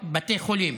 בתי חולים.